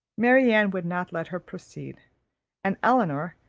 marianne would not let her proceed and elinor,